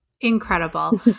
Incredible